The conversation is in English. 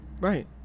right